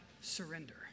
surrender